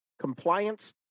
compliance